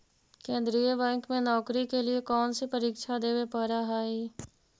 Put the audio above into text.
केन्द्रीय बैंक में नौकरी के लिए कौन सी परीक्षा देवे पड़ा हई